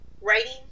writing